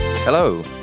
Hello